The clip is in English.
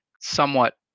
somewhat